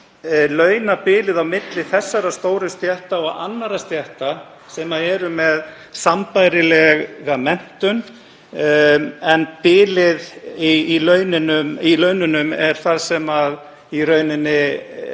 launabilið á milli þessara stóru stétta og annarra stétta sem eru með sambærilega menntun. En bilið í laununum er það sem okkur vantar